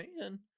man